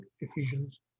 Ephesians